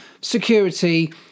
security